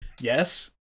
Yes